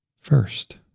first